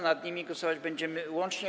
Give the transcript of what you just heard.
Nad nimi głosować będziemy łącznie.